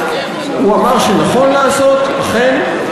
הוא אמר שנכון לעשות, הוא אמר שנכון לעשות, אכן.